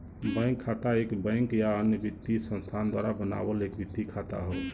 bank खाता एक bank या अन्य वित्तीय संस्थान द्वारा बनावल एक वित्तीय खाता हौ